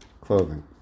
clothing